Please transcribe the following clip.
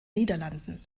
niederlanden